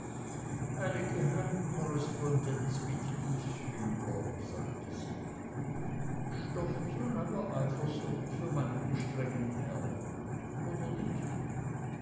eine geheimkorrespondenz mit gieshübler sagte sie stoff zu neuer eifersucht für meinen gestrengen herrn oder nicht